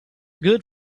good